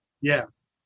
yes